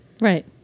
Right